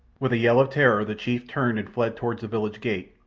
with a yell of terror the chief turned and fled toward the village gate,